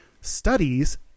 studies